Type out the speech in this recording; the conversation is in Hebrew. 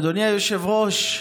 אדוני היושב-ראש,